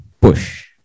push